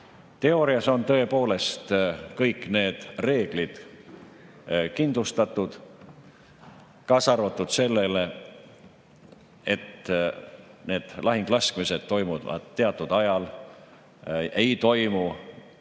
Teoorias on tõepoolest kõik need reeglid kindlustatud, kaasa arvatud see, et lahinglaskmised toimuvad teatud ajal, need ei toimu